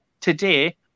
today